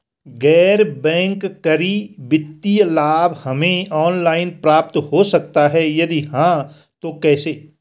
गैर बैंक करी वित्तीय लाभ हमें ऑनलाइन प्राप्त हो सकता है यदि हाँ तो कैसे?